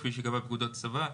כפי שייקבע בפקודות הצבא.